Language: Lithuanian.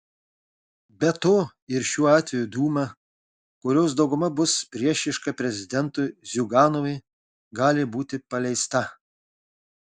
be to ir šiuo atveju dūma kurios dauguma bus priešiška prezidentui ziuganovui gali būti paleista